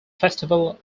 festival